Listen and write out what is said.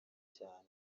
cyane